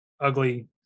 ugly